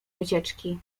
wycieczki